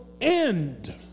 end